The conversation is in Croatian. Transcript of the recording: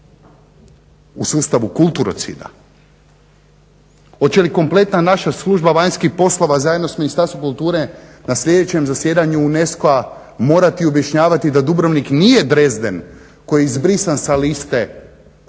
u sustavu kulturocida? Hoće li kompletna naša služba vanjskih poslova zajedno sa Ministarstvom kulture na sljedećem zasjedanju UNESCO-a morati objašnjavati da Dubrovnik nije Dresden koji je izbrisan sa liste kulturnih